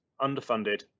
underfunded